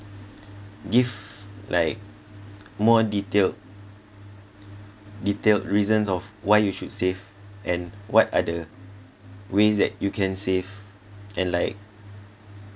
give like more detailed detailed reasons of why you should save and what are the ways that you can save and like